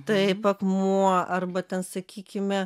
taip akmuo arba ten sakykime